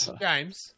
James